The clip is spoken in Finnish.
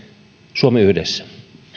suomi yhdessä